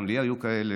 גם לי היו כאלה,